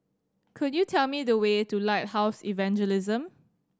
could you tell me the way to Lighthouse Evangelism